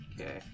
Okay